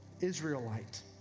Israelite